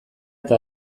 eta